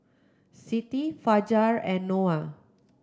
Siti Fajar and Noah